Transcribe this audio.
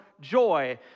joy